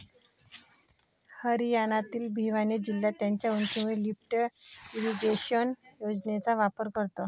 हरियाणातील भिवानी जिल्हा त्याच्या उंचीमुळे लिफ्ट इरिगेशन योजनेचा वापर करतो